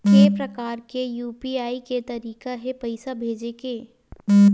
के प्रकार के यू.पी.आई के तरीका हे पईसा भेजे के?